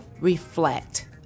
reflect